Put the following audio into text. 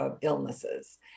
illnesses